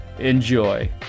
Enjoy